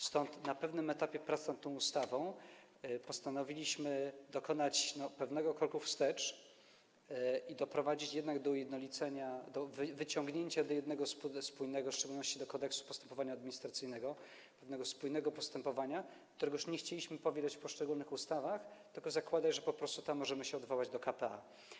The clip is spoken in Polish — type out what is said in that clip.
Stąd na pewnym etapie prac nad tą ustawą postanowiliśmy dokonać pewnego kroku wstecz i jednak doprowadzić do ujednolicenia, do wyciągnięcia z tego jednego spójnego, w szczególności chodzi o Kodeks postępowania administracyjnego, pewnego spójnego postępowania, którego już nie chcieliśmy powielać w poszczególnych ustawach, tylko chcieliśmy założyć, że po prostu tam możemy się odwołać do k.p.a.